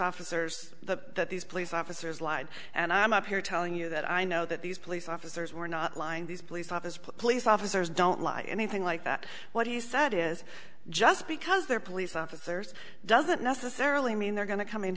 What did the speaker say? officers the that these police officers lied and i'm up here telling you that i know that these police officers were not lying these police officers police officers don't lie anything like that what he said is just because they're police officers doesn't necessarily mean they're going to come in